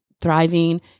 thriving